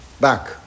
back